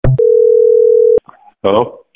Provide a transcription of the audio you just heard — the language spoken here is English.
Hello